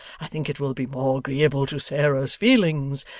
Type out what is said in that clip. i think it will be more agreeable to sarah's feelings,